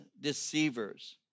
deceivers